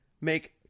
make